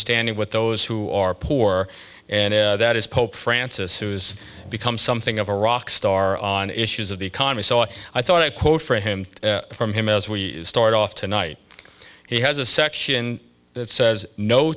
standing with those who are poor and that is pope francis who has become something of a rock star on issues of the economy so i thought a quote from him from him as we start off tonight he has a section that says no